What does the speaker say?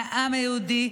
מהעם היהודי,